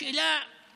השאלה היא